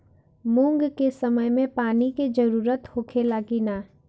मूंग के समय मे पानी के जरूरत होखे ला कि ना?